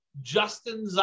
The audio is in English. Justin